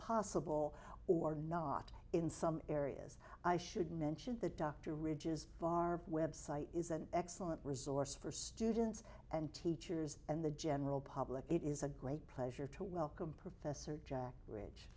possible or not in some areas i should mention the dr ridges far website is an excellent resource for students and teachers and the general public it is a great pleasure to welcome professor jack ri